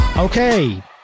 Okay